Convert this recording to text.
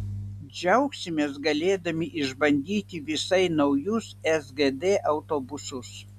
džiaugsimės galėdami išbandyti visai naujus sgd autobusus